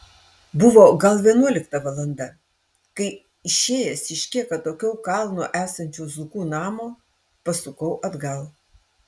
buvo gal vienuolikta valanda kai išėjęs iš kiek atokiau kalno esančio zukų namo pasukau atgal